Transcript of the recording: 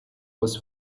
was